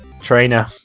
trainer